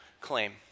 claim